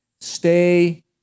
stay